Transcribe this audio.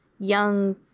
Young